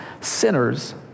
sinners